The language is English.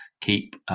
keep